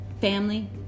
Family